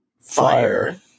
fire